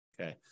Okay